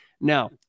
Now